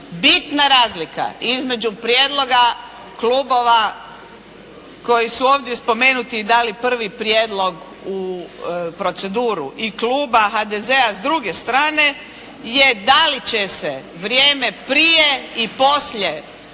Bitna razlika između prijedloga klubova koji su ovdje spomenuti, dali prvi prijedlog u proceduru i kluba HDZ-a s druge strane je da li će se vrijeme prije i poslije